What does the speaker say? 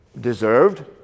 deserved